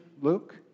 Luke